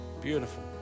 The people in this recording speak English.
Beautiful